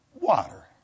water